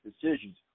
decisions